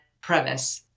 premise